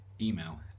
email